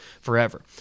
forever